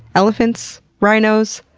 elephants. rhinos.